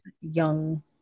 young